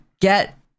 get